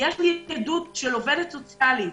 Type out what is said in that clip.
יש לי עדות של עובדת סוציאלית